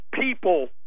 people